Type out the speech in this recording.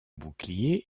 bouclier